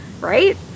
right